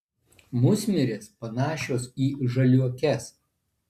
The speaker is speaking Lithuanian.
musmirės panašios į žaliuokes